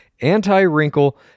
anti-wrinkle